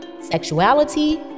sexuality